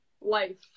life